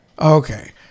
Okay